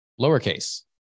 Lowercase